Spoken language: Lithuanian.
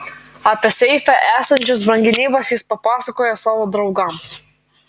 apie seife esančias brangenybes jis papasakojo savo draugams